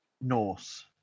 Norse